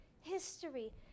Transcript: history